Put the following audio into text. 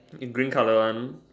in green colour one